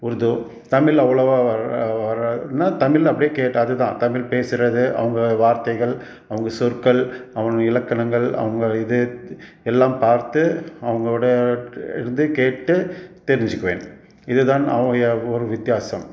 உருது தமிழ் அவ்வளோவா வரா நா தமிழ் அப்படியே கேட்டு அதுதான் தமிழ் பேசுகிறது அவங்க வார்த்தைகள் அவங்க சொற்கள் அவங்க இலக்கணங்கள் அவங்க இது எல்லாம் பார்த்து அவங்களோட இருந்து கேட்டு தெரிஞ்சிக்குவேன் இதுதான் ஒரு வித்தியாசம்